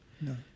no